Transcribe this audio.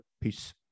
Peace